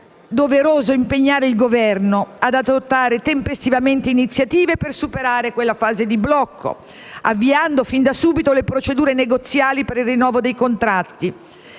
doveroso impegnare il Governo ad adottare tempestivamente iniziative per superare quella fase di blocco, avviando fin da subito le procedure negoziali per il rinnovo dei contratti,